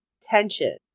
tension